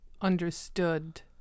understood